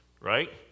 right